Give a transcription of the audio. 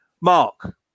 Mark